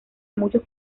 muchos